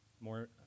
more